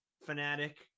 fanatic